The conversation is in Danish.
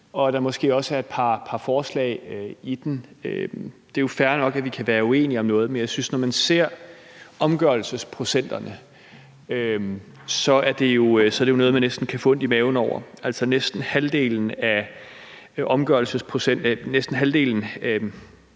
der måske også er et par forslag i den. Det er jo fair nok, at vi kan være uenige om noget, men jeg synes, at når man ser omgørelsesprocenterne, er det jo noget, man næsten kan få ondt i maven over. Altså, næsten 50 pct. er omgørelsesprocenten på